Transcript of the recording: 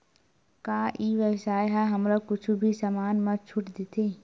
का ई व्यवसाय ह हमला कुछु भी समान मा छुट देथे?